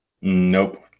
Nope